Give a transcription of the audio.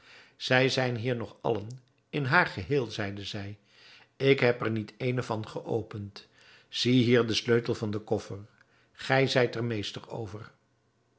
zij zijn hier nog allen in haar geheel zeide zij ik heb er niet eene van geopend zie hier den sleutel van het koffer gij zijt er meester over